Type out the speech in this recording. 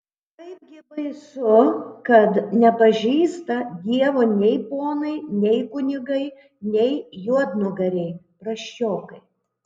kaipgi baisu kad nepažįsta dievo nei ponai nei kunigai nei juodnugariai prasčiokai